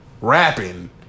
rapping